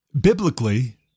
Biblically